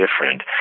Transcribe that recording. different